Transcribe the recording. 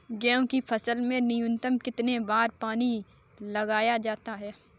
गेहूँ की फसल में न्यूनतम कितने बार पानी लगाया जाता है?